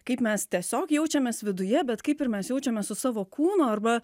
kaip mes tiesiog jaučiamės viduje bet kaip ir mes jaučiamės su savo kūnu arba